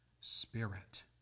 Spirit